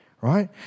right